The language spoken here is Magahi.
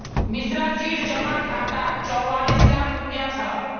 मिश्राजीर जमा खातात चौवालिस लाख रुपया छ